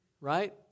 right